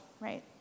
right